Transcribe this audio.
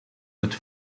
het